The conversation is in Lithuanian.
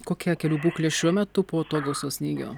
kokia kelių būklė šiuo metu po to gausaus snygio